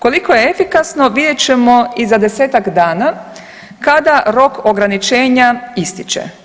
Koliko je efikasno vidjet ćemo i za 10-tak dana kada rok ograničenja ističe.